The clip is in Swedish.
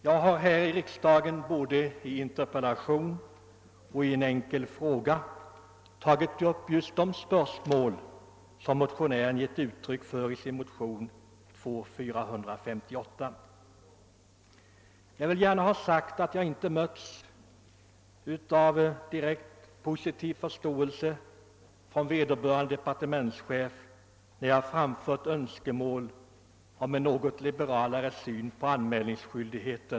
Jag har i riksdagen både i en interpellation och i en enkel fråga tagit upp just de spörsmål som behandlas i motionen II: 458. Jag vill gärna ha sagt att jag inte mötts av någon direkt positiv förståelse från vederbörande departementschef när jag framfört önskemål om en något mer liberal syn på denna anmälningsskyldighet.